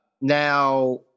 Now